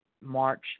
March